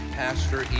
pastor